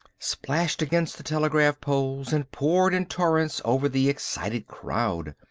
splashed against the telegraph poles, and poured in torrents over the excited crowd.